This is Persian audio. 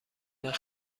مرد